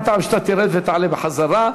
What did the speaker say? אין טעם שאתה תרד ותעלה בחזרה.